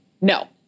no